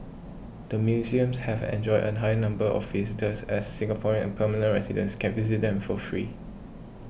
the museums have enjoyed a higher number of visitors as Singaporeans and permanent residents can visit them for free